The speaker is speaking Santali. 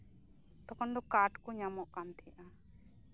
ᱛᱚᱠᱷᱚᱱ ᱫᱚ ᱠᱟᱴᱷ ᱠᱚ ᱧᱟᱢᱚᱜ ᱠᱟᱱ ᱛᱟᱦᱮᱸᱜᱼᱟ